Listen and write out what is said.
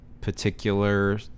particular